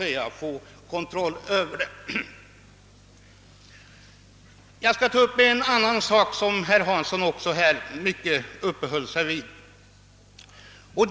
Härefter skall jag också ta upp en annan fråga, som herr Hansson i Skegrie uppehöll sig länge vid.